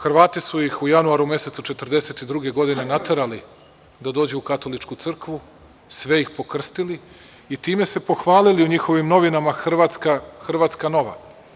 Hrvati su ih u januaru mesecu 1942. godine naterali da dođu u katoličku crkvu, sve ih pokrstili i time se pohvalili u njihovim novinama „Hrvatska nova“